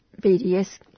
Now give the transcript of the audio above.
BDS